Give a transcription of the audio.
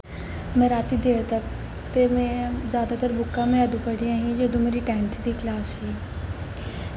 में रातीं देर तक ते में जैदातर बुक्कां अदूं पढ़ियां हियां जदूं मेरी टैंथ दी कलास ही